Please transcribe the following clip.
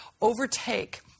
overtake